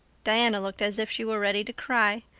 diana looked as if she were ready to cry.